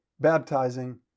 baptizing